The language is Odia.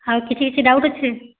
ଆଉ କିଛି କିଛି ଡାଉଟ୍ ଅଛେ